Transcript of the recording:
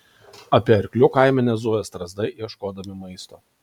apie arklių kaimenę zujo strazdai ieškodami maisto